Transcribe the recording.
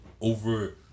over